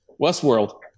Westworld